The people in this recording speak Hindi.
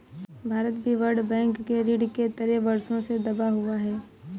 भारत भी वर्ल्ड बैंक के ऋण के तले वर्षों से दबा हुआ है